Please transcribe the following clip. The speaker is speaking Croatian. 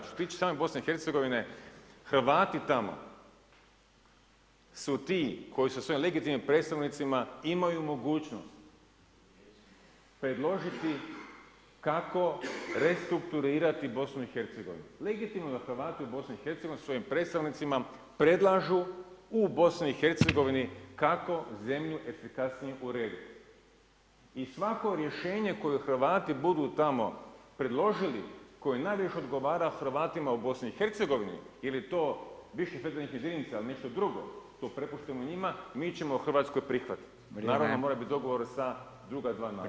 Što se tiče same BIH, Hrvati tamo su ti koji su svojim legitimnim predstavnicima imaju mogućnost predložiti kako restrukturirati BiH, legitimno Hrvati u BiH svojim predstavnicima predlažu u BiH kako zemlju efikasnije uredit i svako rješenje koje Hrvati budu tamo predložili, koje najviše odgovara Hrvatima u BiH ili to bivši … ili nešto drugo, to prepuštamo njima, mi ćemo Hrvatsku prihvatit [[Upadica Radin: Vrijeme.]] Naravno, mora bit dogovor sa druga dva naroda.